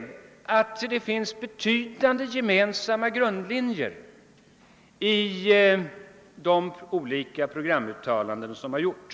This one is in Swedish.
Gör han det, finner han att viktiga grundlinjer är gemensamma i de programuttalanden som har gjorts.